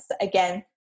again